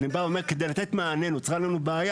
אני בא ואומר, כדי לתת מענה, כי נוצרה לנו בעיה.